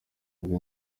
bwe